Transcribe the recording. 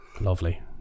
lovely